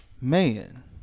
Man